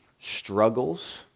struggles